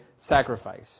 sacrifice